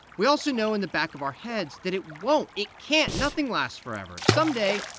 we also know in the back of our heads that it won't. it can't. nothing lasts forever. someday,